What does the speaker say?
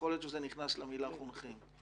יכול להיות שזה נכנס למילה חונכים,